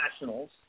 nationals